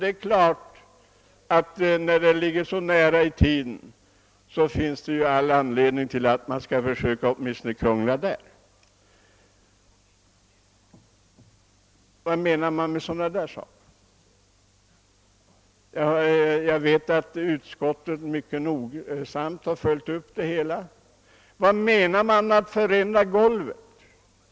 När deras uppförande ligger så nära i tiden, tycker man naturligtvis att man har fria händer att vidtaga förändringar. Vad menar man med sådant? Jag vet att utskottet mycket noga har följt upp det hela, och jag fortsätter att fråga: Vad menar man med att för ändra golvet?